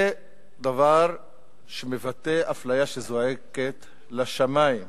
זה דבר שמבטא אפליה שזועקת לשמים.